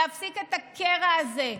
להפסיק את הקרע הזה,